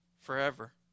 forever